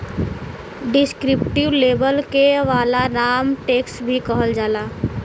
descriptive label के valorem tax भी कहल जाला